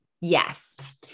Yes